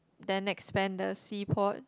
then expand the sea port